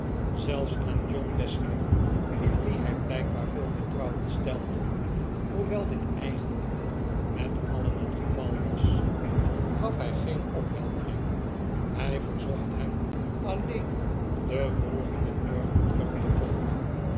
zelfs aan john westlock in wien hij blijkbaar veel vertrouwen stelde hoewel dit eigenlijk met alien het geval was gaf hij geen opheldering hij verzocht hem alleen den volgenden morgen terug te komen